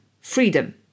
freedom